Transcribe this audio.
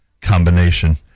combination